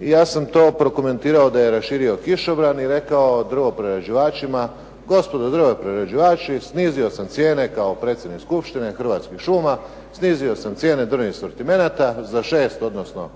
i ja sam to prokomentirao da je raširio kišobran i rekao drvoprerađivačima gospodo drvoprerađivači snizio sam cijene kao predsjednik Skupštine Hrvatskih šuma, snizio sam cijene drvnih asortimenata za 6 odnosno